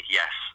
yes